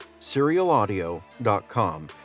SerialAudio.com